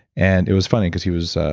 and it was funny because he was.